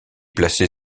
placée